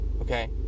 okay